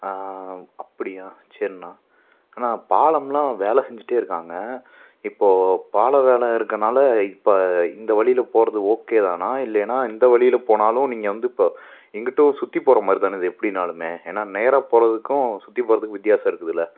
அப்படியா சரிண்ணா அண்ணா பாலம்லாம் வேலை செஞ்சிகிட்டே இருக்காங்கள் இப்போது பால வேலை இருக்கதனால இப்போ இந்த வழியில் போகிறது ஓகே தானா இல்லையினால் எந்த வழியில் போனாலும் நீங்கள் வந்து இப்போது எங்கிட்டோ சுற்றி போகிற மாதிரி தானே இது எப்படின்னாலுமே ஏன்னா நேராக போகிறதுக்கும் சுற்றி போகிறதுக்கும் வித்தியாசம் இருக்குதில்ல